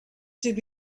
should